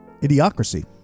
idiocracy